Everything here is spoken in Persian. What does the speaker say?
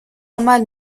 عمل